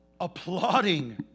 applauding